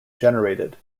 generated